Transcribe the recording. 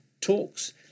talks